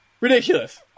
Ridiculous